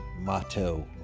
motto